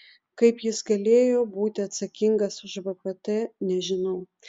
kaip jis galėjo būti atsakingas už vpt nežinau